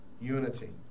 Unity